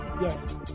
Yes